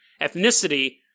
ethnicity